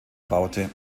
baute